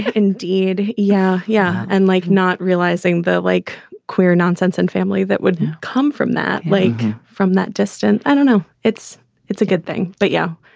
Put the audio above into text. indeed. yeah. yeah. and like not realizing that, like queer non-sense and family that would come from that lake from that distance. i don't know. it's it's a good thing. but yeah,